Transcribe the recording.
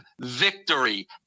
victory